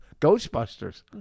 Ghostbusters